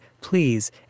please